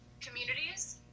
communities